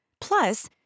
Plus